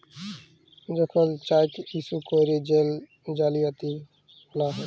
যখল cheque issue ক্যইরে জেল জালিয়াতি লা হ্যয়